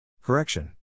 Correction